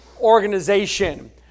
organization